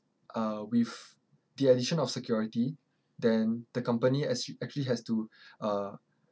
uh with the addition of security then the company act~ actually has to uh